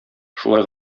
шулай